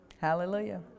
Hallelujah